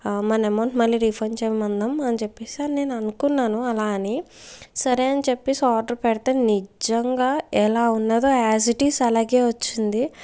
మన ఎమౌంట్ మళ్ళీ రీఫండ్ చేయమందాం అని చెప్పేసి అని అనుకున్నాను అలా అని సరే అని చెప్పేసి ఆర్డర్ పెడితే నిజంగా ఎలా ఉన్నదో యాజిటీస్ అలాగే ఒచ్చింది